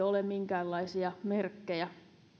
ole minkäänlaisia merkkejä